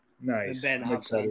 Nice